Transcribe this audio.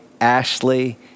Ashley